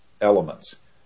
elements